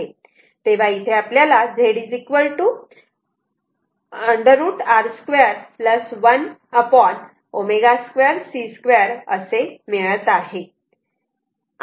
तेव्हा इथे आपल्याला Z √ R 2 1 ω c 2 मिळत आहे